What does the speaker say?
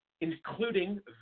including